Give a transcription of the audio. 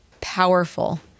powerful